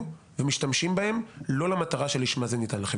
ומשתמשים בהם לא למטרה שלשמה זה ניתן לכם.